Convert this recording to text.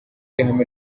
ihame